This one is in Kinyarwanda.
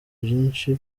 byinshi